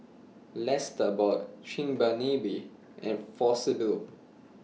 Lesta bought Chigenabe and For Sybil